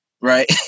right